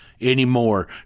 anymore